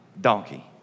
donkey